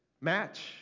match